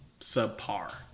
subpar